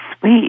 sweet